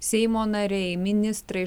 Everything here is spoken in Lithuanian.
seimo nariai ministrai